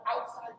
outside